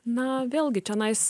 na vėlgi čionais